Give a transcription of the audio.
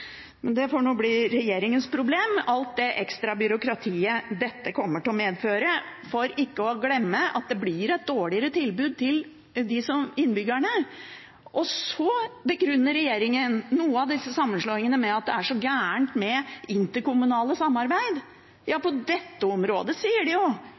men alt det ekstra byråkratiet dette kommer til å medføre, får bli regjeringens problem. Regjeringen begrunner noen av disse sammenslåingene med at det er så galt med interkommunalt samarbeid. Men på dette området og på tannhelseområdet sier de: